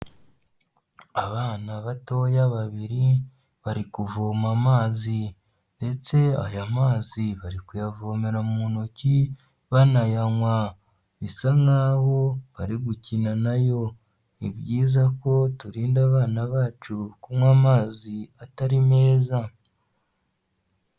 Abana batoya babiri, bari kuvoma amazi ndetse aya mazi bari kuyavomera mu ntoki banayanywa, bisa nkaho bari gukina na yo, ni byiza ko turinda abana bacu kunywa amazi atari meza.